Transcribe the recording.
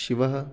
शिवः